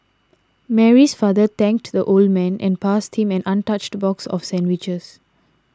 Mary's father thanked the old man and passed him an untouched box of sandwiches